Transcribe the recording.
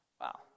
Wow